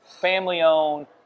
family-owned